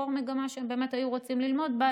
לבחור מגמה שהם באמת היו רוצים ללמוד בה,